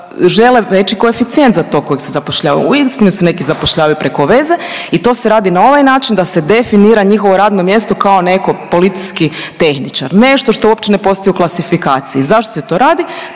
veći koeficijent za tog kojeg se zapošljava. Uistinu se neki zapošljavaju preko veze i to se radi na ovaj način da se definira njihovo radno mjesto kao neko policijski tehničar, nešto što uopće ne postoji u klasifikaciji. Zašto se to radi?